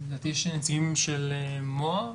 --- לדעתי יש נציגים של --- האם